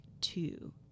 Two